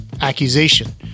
accusation